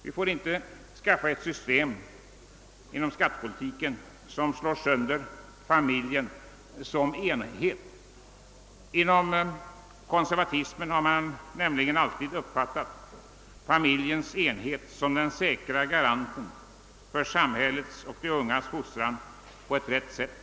Vi får inte skaffa oss ett skattesystem som slår sönder familjen som enhet. Inom konservatismen har man nämligen alltid uppfattat familjens enhet som den säkra garanten för samhället och de ungas fostran på ett rätt sätt.